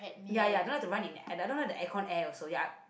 ya ya I don't like to run in I don't like the aircon air also ya